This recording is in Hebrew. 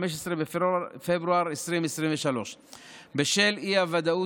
15 בפברואר 2023. בשל האי-ודאות,